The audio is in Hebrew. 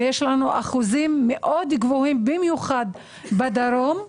ויש אחוזים גבוהים במיוחד בדרום,